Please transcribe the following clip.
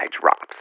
drops